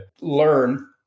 learn